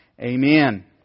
Amen